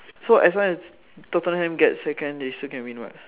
so as long as Tottenham gets second they still can win [what]